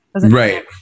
Right